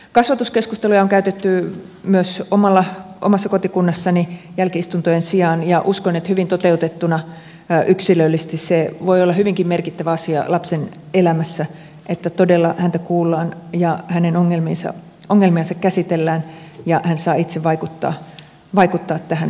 kasvatuskeskusteluja on käytetty myös omassa kotikunnassani jälki istuntojen sijaan ja uskon että hyvin toteutettuna yksilöllisesti se voi olla hyvinkin merkittävä asia lapsen elämässä että todella häntä kuullaan ja hänen ongelmiansa käsitellään ja hän saa itse vaikuttaa tähän tilanteeseen